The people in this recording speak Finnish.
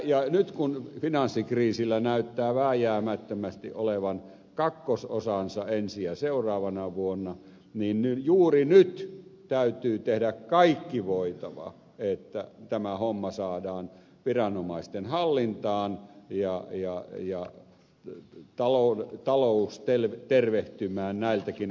ja nyt kun finanssikriisillä näyttää vääjäämättömästi olevan kakkososansa ensi ja seuraavana vuonna niin juuri nyt täytyy tehdä kaikki voitava että tämä homma saadaan viranomaisten hallintaan ja talous tervehtymään näiltäkin osiltaan